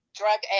drug